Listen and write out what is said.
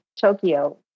Tokyo